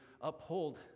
uphold